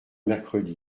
mercredi